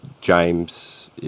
james